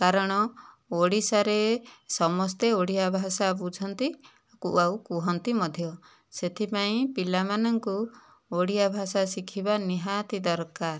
କାରଣ ଓଡ଼ିଶାରେ ସମସ୍ତେ ଓଡ଼ିଆ ଭାଷା ବୁଝନ୍ତି ଆଉ କୁହନ୍ତି ମଧ୍ୟ ସେଥିପାଇଁ ପିଲାମାନଙ୍କୁ ଓଡ଼ିଆ ଭାଷା ଶିଖିବା ନିହାତି ଦରକାର